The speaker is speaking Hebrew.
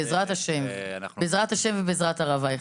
בעזרת השם, בעזרת השם ובעזרת הרב אייכלר.